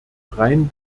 rein